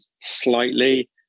slightly